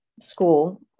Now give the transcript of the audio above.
school